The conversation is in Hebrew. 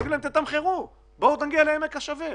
תגידו להם: בואו נגיע לעמק השווה.